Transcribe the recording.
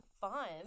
fun